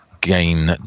gain